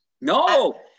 No